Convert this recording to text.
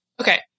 Okay